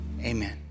amen